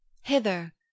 hither